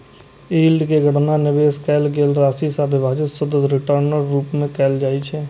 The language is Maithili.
यील्ड के गणना निवेश कैल गेल राशि सं विभाजित शुद्ध रिटर्नक रूप मे कैल जाइ छै